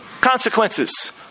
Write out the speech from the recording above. consequences